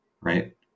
Right